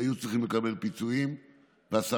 היו צריכים לקבל פיצויים ו-10%,